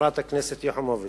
חברת הכנסת יחימוביץ,